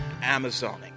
Amazoning